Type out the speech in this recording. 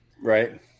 Right